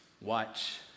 watch